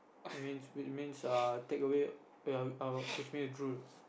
it means which means err takeaway which means drool